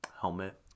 helmet